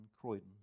Croydon